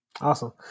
Awesome